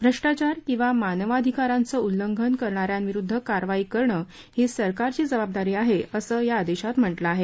भ्रष्टाचार किंवा मानवाधिकारांचं उल्लंघन करणाऱ्यांविरुद्ध कारवाई करणं ही सरकारची जबाबदारी आहे असं या आदेशात म्हटल आहे